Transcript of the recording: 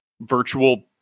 virtual